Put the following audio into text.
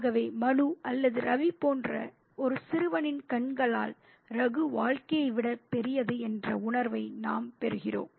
ஆகவே மனு அல்லது ரவி போன்ற ஒரு சிறுவனின் கண்களால் ரகு வாழ்க்கையை விட பெரியது என்ற உணர்வை நாம் பெறுகிறோம்